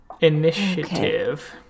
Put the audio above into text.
Initiative